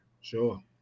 Sure